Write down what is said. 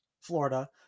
Florida